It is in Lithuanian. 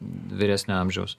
vyresnio amžiaus